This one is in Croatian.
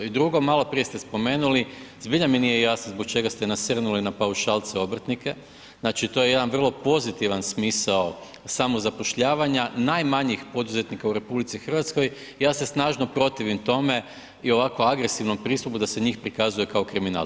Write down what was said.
I drugo, maloprije ste spomenuli zbilja mi nije jasno zbog čega ste nasrnuli na paušalce obrtnike, znači to je jedan vrlo pozitivan smisao samozapošljavanja najmanjih poduzetnika u RH, ja se snažno protivim tome i ovako agresivnom pristupu da se njih prikazuje kao kriminalce.